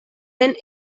den